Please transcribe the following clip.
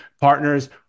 partners